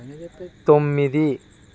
తొమ్మిది